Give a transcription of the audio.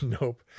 Nope